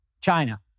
China